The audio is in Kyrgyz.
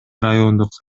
райондук